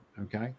okay